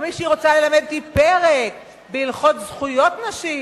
או מישהי רוצה ללמד אותי פרק בהלכות זכויות נשים,